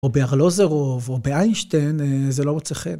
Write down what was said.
או בארלוזרוב, או באיינשטיין, זה לא מוצא חן.